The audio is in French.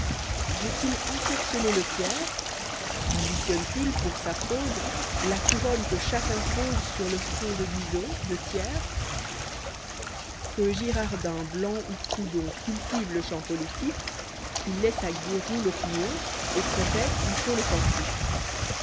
veut-il ensorceler le tiers ambitionne t il pour sa prose la couronne que chacun pose sur le front de guizot de thiers que girardin blanc où proudhon cultivent le champ politique qu'il laisse à guéroult l'opinion au prophète il faut le cantique